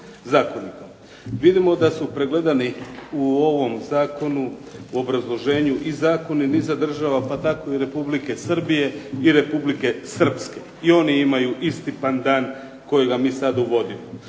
zakonima. Vidimo da su pregledani u ovom zakonu u obrazloženju i zakoni niza država pa tako i Republike Srbije i Republike Srpske, i oni imaju isti pandan kojega mi sad uvodimo.